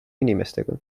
inimestega